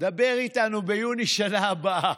דבר איתנו ביוני שנה הבאה,